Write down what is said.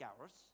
hours